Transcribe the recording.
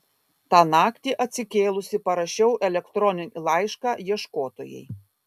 tą naktį atsikėlusi parašiau elektroninį laišką ieškotojai